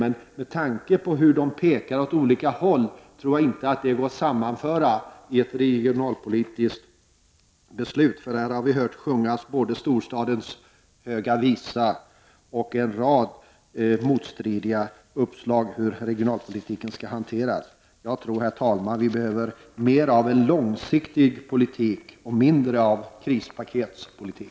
Men med tanke att förslagen pekar mot olika håll tror jag inte att de går att sammanföra i ett regionalpolitiskt beslut. Här har sjungits storstadens höga visa och presenterats en rad olika uppslag till hur regionalpolitiken skall hanteras. Herr talman! Vi behöver mer av en långsiktig politik och mindre av krispaketspolitik.